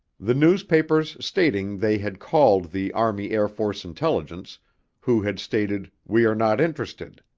the newspapers stating they had called the army air force intelligence who had stated we are not interested.